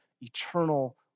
eternal